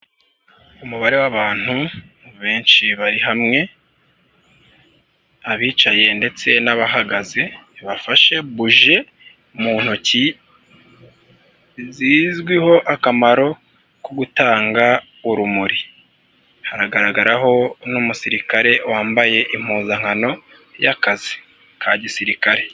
Umubare w'abantu benshi bari hamwe abicaye ndetse n'abahagaze bafashe buje mu ntoki zizwiho akamaro ko gutanga urumuri. Haragaragaraho n'umusirikare wambaye impuzankano y'akazi ka gisirikare.